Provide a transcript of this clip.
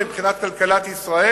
וכן מבחינת כלכלת ישראל,